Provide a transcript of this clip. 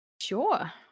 Sure